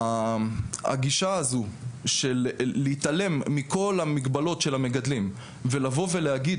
הגישה הזו של להתעלם מכל המגבלות של המגדלים ולהגיד,